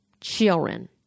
Children